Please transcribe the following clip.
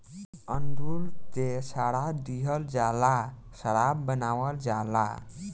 अंगूर के सड़ा दिहल जाला आ शराब बनावल जाला